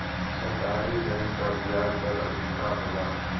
सरकारी बैंक कअ बियाज दर अधिका होला